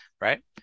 right